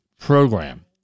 program